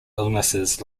illness